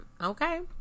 Okay